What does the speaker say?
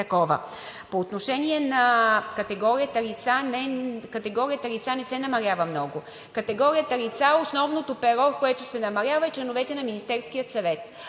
лица – категорията лица не се намалява много. Категорията лица – основното перо, което се намалява, е членовете на Министерския съвет.